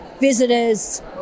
visitors